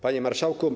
Panie Marszałku!